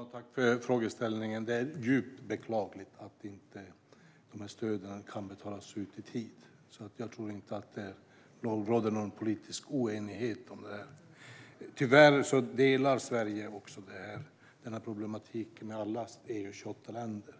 Herr talman! Jag tackar för frågan. Det är djupt beklagligt att stöden inte kan betalas ut i tid. Jag tror inte att det råder någon politisk oenighet om detta. Tyvärr delar Sverige denna problematik med alla EU:s 28 länder.